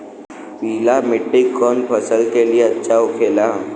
पीला मिट्टी कोने फसल के लिए अच्छा होखे ला?